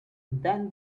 then